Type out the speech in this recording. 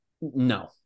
No